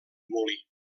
molí